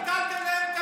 ביטלתם להן את המעונות,